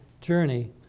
journey